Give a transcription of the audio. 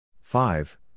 Five